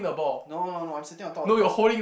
no no no I'm sitting on top of the ball